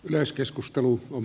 yleiskeskustelu on